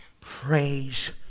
praise